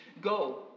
Go